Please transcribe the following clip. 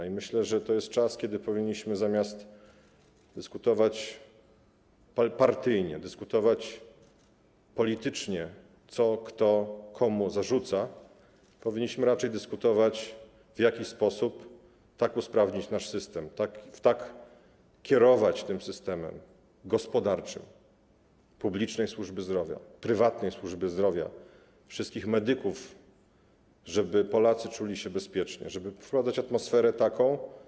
I myślę, że to jest czas, kiedy zamiast dyskutować partyjnie, dyskutować politycznie, co kto komu zarzuca, powinniśmy raczej dyskutować, w jaki sposób tak usprawnić nasz system, tak kierować tym systemem, gospodarczym, publicznej służby zdrowia, prywatnej służby zdrowia, wszystkich medyków, żeby Polacy czuli się bezpiecznie, żeby wprowadzać atmosferę taką.